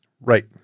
Right